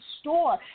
store